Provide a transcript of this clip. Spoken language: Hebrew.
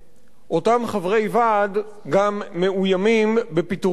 אותם חברי ועד גם מאוימים בפיטורים מהעבודה.